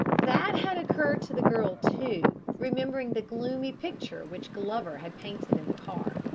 that had occurred to the girl too, remembering the gloomy picture which glover had painted in the car.